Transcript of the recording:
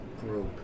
group